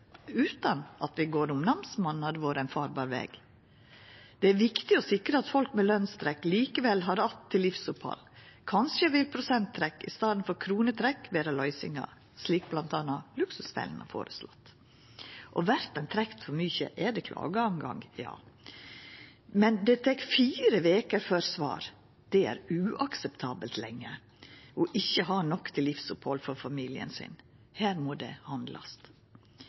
namsmannen hadde vore ein farbar veg? Det er viktig å sikra at folk med lønstrekk likevel har att til livsopphald. Kanskje vil prosenttrekk i staden for kronetrekk vera løysinga, slik bl.a. Luksusfellen har føreslått. Vert ein trekt for mykje, har ein klagerett, men det tek fire veker før ein får svar. Det er uakseptabelt lenge å ikkje ha nok til livsopphald for familien sin. Her må det handlast.